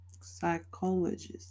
psychologist